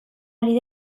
ari